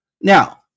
Now